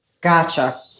Gotcha